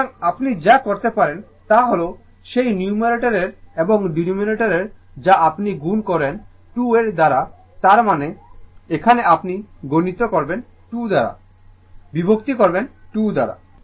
সুতরাং আপনি যা করতে পারেন তা হল সেই নিউমারেটর এবং ডেনোমিনেটর যা আপনি গুণ করেন 2 এর এর দ্বারা তার মানে এখানে আপনি গুণিত করবেন 2 দ্বারা বিভক্ত করবেন 2 দ্বারা